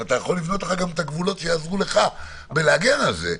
אתה יכול לבנות לך גם את הגבולות שיעזרו לך להגן על זה.